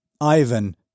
Ivan